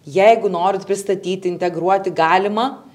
jeigu norit pristatyti integruoti galima